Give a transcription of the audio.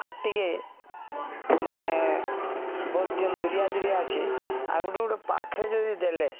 ଆର୍ ଟିକେ ମାନେ ବହୁତ ଦିନ ଦୂରିଆ ଦୂରିଆ ଅଛି ଆଉ ଗୋଟେ ଗୋଟେ ପାଖେ ଯଦି ଦେଲେ